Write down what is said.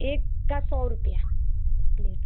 एक का सौ रुपया प्लेट